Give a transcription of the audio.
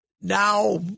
now